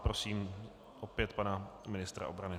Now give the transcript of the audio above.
Prosím opět pana ministra obrany.